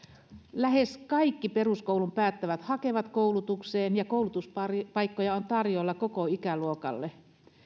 lähes kaikki peruskoulun päättävät hakevat koulutukseen ja koulutuspaikkoja on tarjolla koko ikäluokalle